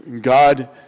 God